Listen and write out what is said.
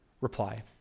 reply